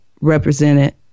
represented